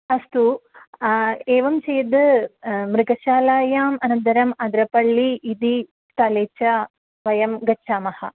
अस्तु एवं चेत् मृगशालायाम् अनन्तरम् अद्रपल्लि इति स्थले च वयं गच्छामः